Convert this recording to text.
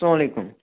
اَسَلام علیکُم